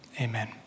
Amen